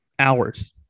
hours